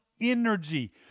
energy